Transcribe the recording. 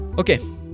Okay